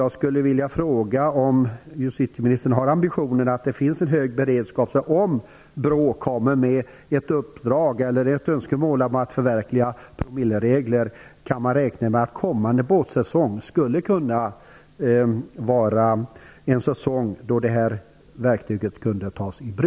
Jag vill fråga om justitieministern har en hög beredskap för den händelse att det kommer ett önskemål från BRÅ om införande av promilleregler, så att man kunde räkna med att ett sådant verktyg då skulle kunna tas i bruk under kommande båtsäsong.